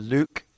Luke